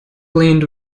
leaned